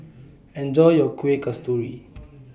Enjoy your Kuih Kasturi